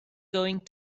going